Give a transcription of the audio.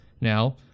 Now